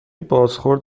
بازخورد